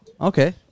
Okay